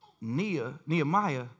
Nehemiah